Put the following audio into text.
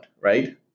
right